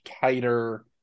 tighter